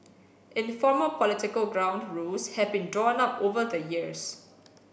informal political ground rules have been drawn up over the years